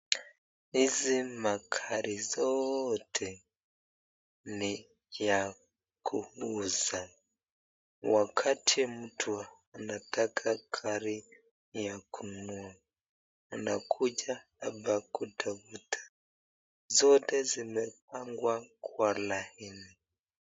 Hizi magari zote ni ya kuuza, wakati mtu anataka gari ya kununua anakuja hapa kutafuta, zote zimepangwa kwa laini.